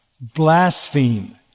blaspheme